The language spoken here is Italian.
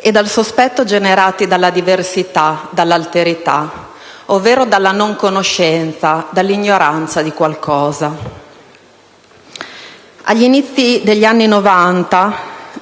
e dal sospetto generati dalla diversità, dall'alterità, ovvero dalla non conoscenza, dall'ignoranza di qualcosa. Agli inizi degli anni Novanta,